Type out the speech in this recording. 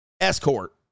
escort